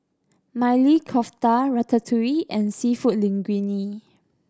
Maili Kofta Ratatouille and Seafood Linguine